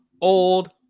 old